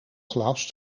glas